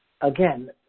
Again